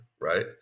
right